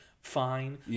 Fine